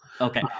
Okay